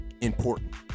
important